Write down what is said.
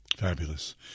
Fabulous